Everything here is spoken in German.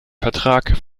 vertrag